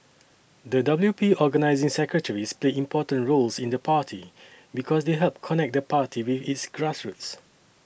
the W P organising secretaries play important roles in the party because they help connect the party with its grassroots